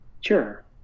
Sure